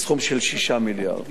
בסך 6 מיליארד.